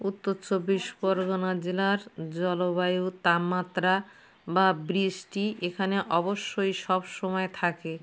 উত্তর চব্বিশ পরগনা জেলার জলবায়ু তাপমাত্রা বা বৃষ্টি এখানে অবশ্যই সব সময় থাকে